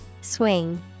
Swing